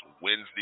Wednesday